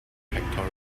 pectoral